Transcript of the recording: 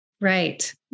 Right